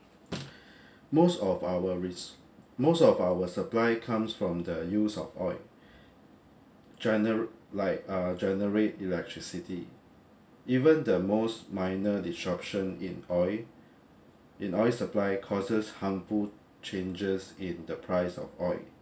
most of our res~ most of our supply comes from the use of oil gener~ like uh generate electricity even the most minor disruption in oil in oil supply causes harmful changes in the price of oil